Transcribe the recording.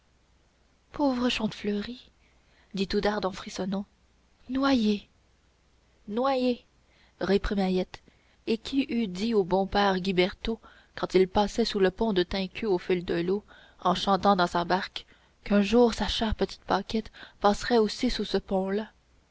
pauvre chantefleurie dit oudarde en frissonnant noyée noyée reprit mahiette et qui eût dit au bon père guybertaut quand il passait sous le pont de tinqueux au fil de l'eau en chantant dans sa barque qu'un jour sa chère petite paquette passerait aussi sous ce pont là